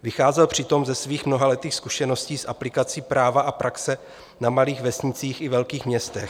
Vycházel přitom ze svých mnohaletých zkušeností z aplikací práva a praxe na malých vesnicích i velkých městech.